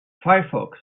firefox